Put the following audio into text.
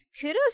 kudos